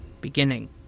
beginning